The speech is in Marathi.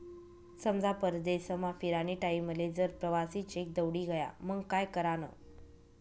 समजा परदेसमा फिरानी टाईमले जर प्रवासी चेक दवडी गया मंग काय करानं?